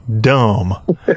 dumb